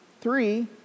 Three